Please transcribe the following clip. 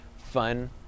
fun